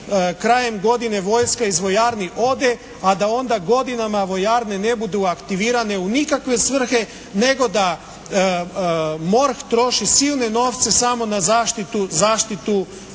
krajem godine vojska iz vojarni ode, a da onda godinama vojarne ne budu aktivirane u nikakve svrhe nego da MORH troši silne novce samo na zaštitu tih